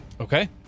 Okay